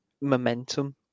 momentum